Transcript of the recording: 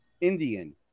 Indian